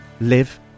live